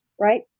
right